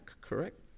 correct